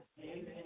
Amen